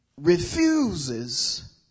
refuses